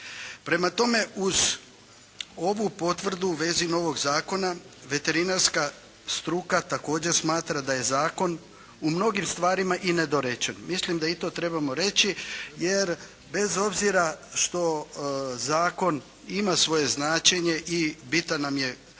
Prema tome, uz ovu potvrdu u svezi novoga zakona veterinarska struka također smatra da je zakon u mnogim stvarima i nedorečen. Mislim da i to trebamo reći jer bez obzira što zakon ima svoje značenje i bitan nam je